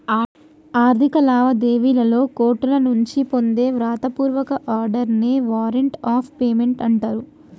ఆర్థిక లావాదేవీలలో కోర్టుల నుంచి పొందే వ్రాత పూర్వక ఆర్డర్ నే వారెంట్ ఆఫ్ పేమెంట్ అంటరు